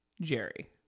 jerry